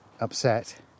upset